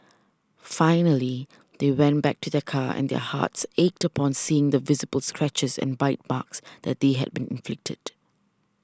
finally they went back to their car and their hearts ached upon seeing the visible scratches and bite marks that they had been inflicted